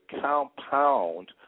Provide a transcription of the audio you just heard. compound